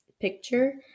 picture